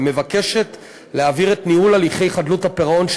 מוצע בה להעביר את ניהול הליכי חדלות הפירעון של